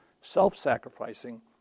self-sacrificing